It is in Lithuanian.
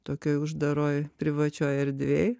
tokioj uždaroj privačioj erdvėj